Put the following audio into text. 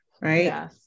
Right